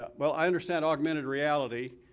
ah well i understand augmented reality,